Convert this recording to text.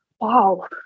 Wow